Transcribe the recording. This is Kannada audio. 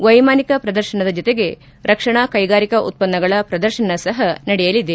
ವೈಮಾನಿಕ ಪ್ರದರ್ಶನದ ಜತೆಗೆ ರಕ್ಷಣಾ ಕೈಗಾರಿಕಾ ಉತ್ಪನ್ನಗಳ ಪ್ರದರ್ಶನ ಸಹ ನಡೆಯಲಿದೆ